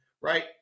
right